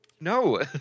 no